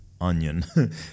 onion